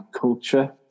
culture